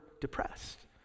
depressed